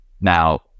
Now